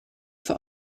for